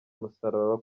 umusaraba